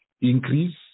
increase